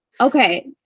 Okay